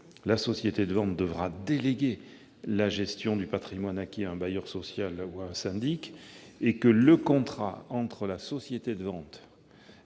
la société de vente devra déléguer la gestion du patrimoine acquis à un bailleur social ou à un syndic, et que le contrat entre la société de vente et son